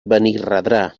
benirredrà